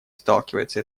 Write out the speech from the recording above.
сталкивается